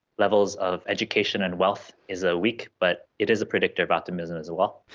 levels of education and wealth is ah weak but it is a predictor of optimism as well.